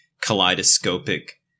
kaleidoscopic